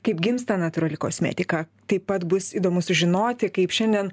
kaip gimsta natūrali kosmetika taip pat bus įdomu sužinoti kaip šiandien